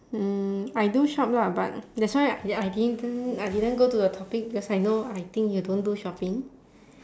hmm I do shop lah but that's why I I didn't I didn't go to the topic because I know I think you don't do shopping